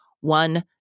one